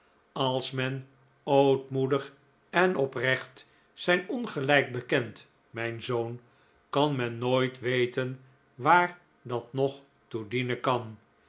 als men ootmoedig en oprecht zijn ongelijk bekent mijn zoon kan men nooit weten waar dat nog toe dienen kan